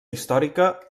històrica